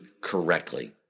correctly